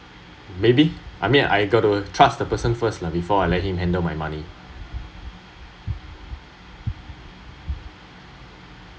maybe I meant I got to trust the person first lah before I let him handle my money